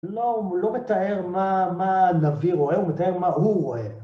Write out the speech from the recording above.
לא מתאר מה הנביא רואה, הוא מתאר מה הוא רואה.